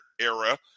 era